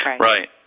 Right